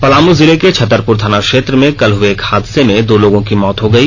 पलामू जिले के छतरपूर थाना क्षेत्र में कल हुए एक हादसे में दो लोगों की मौत हो गई